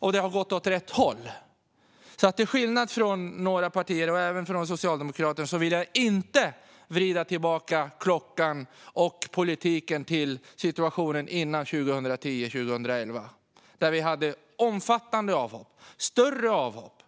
Och det har gått åt rätt håll. Till skillnad från vissa partier, även Socialdemokraterna, vill jag inte vrida klockan och politiken tillbaka till före 2010 och 2011. Då var det omfattande avhopp och större antal avhopp.